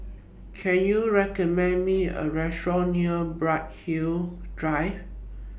Can YOU recommend Me A Restaurant near Bright Hill Drive